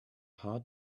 hard